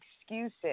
excuses